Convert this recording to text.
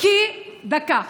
דקה.